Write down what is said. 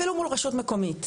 אפילו מול רשות מקומית,